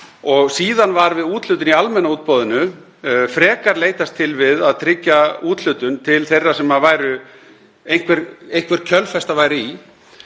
Síðan var við úthlutun í almenna útboðinu frekar leitast við að tryggja úthlutun til þeirra sem væri einhver kjölfesta í.